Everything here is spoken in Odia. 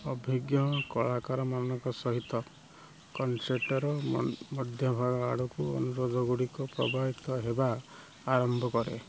ଅଭିଜ୍ଞ କଳାକାରମାନଙ୍କ ସହିତ କନସର୍ଟର ମଧ୍ୟଭାଗ ଆଡ଼କୁ ଅନୁରୋଧଗୁଡ଼ିକ ପ୍ରବାହିତ ହେବା ଆରମ୍ଭ କରେ